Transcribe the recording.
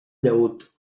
llaüt